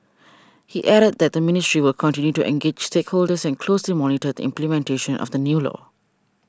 he added that the ministry will continue to engage stakeholders and closely monitor the implementation of the new law